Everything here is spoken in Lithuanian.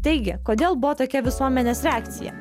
taigi kodėl buvo tokia visuomenės reakcija